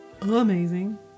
amazing